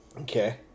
Okay